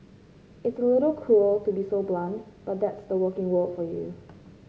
it's a little cruel to be so blunt but that's the working world for you